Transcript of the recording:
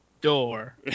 door